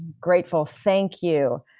grateful, thank you,